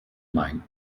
mein